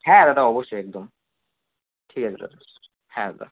হ্যাঁ দাদা অবশ্যই একদম ঠিক আছে দাদা হ্যাঁ দাদা